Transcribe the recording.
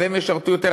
והם ישרתו יותר,